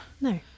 No